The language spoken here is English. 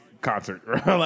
concert